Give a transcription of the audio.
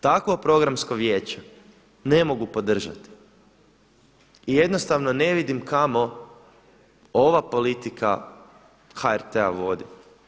Takvo Programsko vijeće ne mogu podržati i jednostavno ne vidim kao ova politika HRT-a vodi.